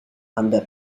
under